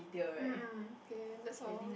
um um okay that's all